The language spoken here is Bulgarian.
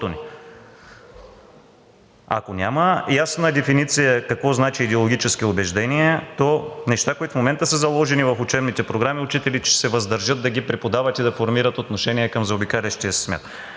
Ако няма ясна дефиниция какво значи идеологически убеждения, то неща, които в момента са заложени в учебните програми, учителите ще се въздържат да ги преподават и да формират отношение към заобикалящия свят.